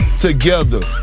together